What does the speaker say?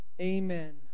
Amen